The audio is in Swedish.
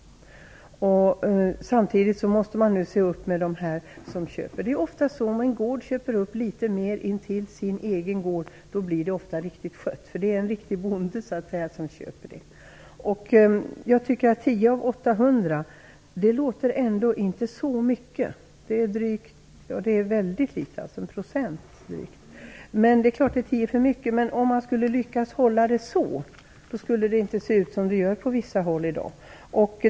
Samtidigt måste man se upp med dem som köper. Det är ofta så, att om en bonde köper upp litet mer mark intill sin egen gård blir den riktigt skött. Det låter inte så mycket med 10 av 800 - det är drygt 1 %- men det är klart att det är 10 för mycket. Men om man lyckas hålla det på den nivån kommer det inte att se ut som det gör på vissa håll i dag.